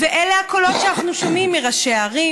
אלה הקולות שאנחנו שומעים מראשי ערים